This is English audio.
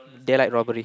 daylight robbery